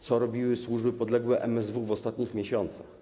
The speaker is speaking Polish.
Co robiły służby podległe MSW w ostatnich miesiącach?